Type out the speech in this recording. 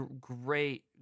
great